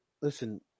listen